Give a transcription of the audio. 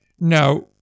Now